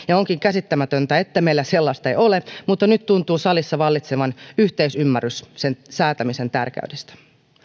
ja onkin käsittämätöntä että meillä sellaista ei ole mutta nyt tuntuu salissa vallitsevan yhteisymmärrys sen säätämisen tärkeydestä